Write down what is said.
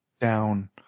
down